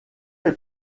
est